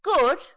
Good